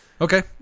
Okay